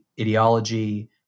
ideology